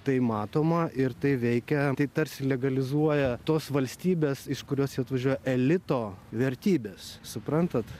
tai matoma ir tai veikia tai tarsi legalizuoja tos valstybės iš kurios jie atvažiuoja elito vertybes suprantat